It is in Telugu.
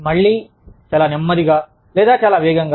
మళ్ళీ చాలా నెమ్మదిగా లేదా చాలా వేగంగా